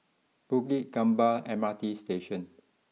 Bukit Gombak M R T Station